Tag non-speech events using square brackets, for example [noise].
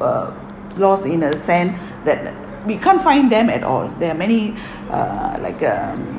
uh lost in a sense [breath] that we can't find them at all there are many [breath] uh like um